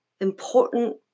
important